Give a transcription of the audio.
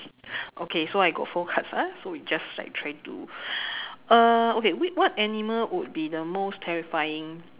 okay so I got four cards ah so we just like try to uh okay what animal would be the most terrifying